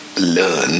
learn